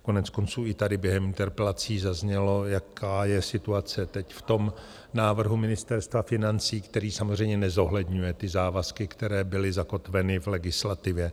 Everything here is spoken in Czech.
Koneckonců i tady během interpelací zaznělo, jaká je situace teď v tom návrhu Ministerstva financí, který samozřejmě nezohledňuje závazky, které byly zakotveny v legislativě.